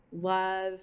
love